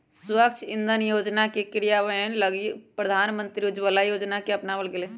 स्वच्छ इंधन योजना के क्रियान्वयन लगी प्रधानमंत्री उज्ज्वला योजना के अपनावल गैलय